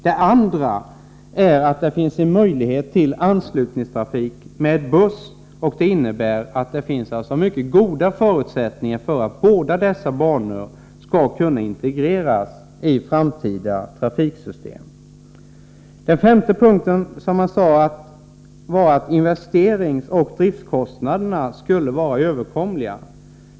Det andra är att det finns en möjlighet till anslutningstrafik med buss. Det innebär att förutsättningarna är mycket goda för att båda dessa banor skall kunna integreras i framtida trafiksystem. Den femte punkten var att investeringsoch driftskostnaderna skulle vara överkomliga.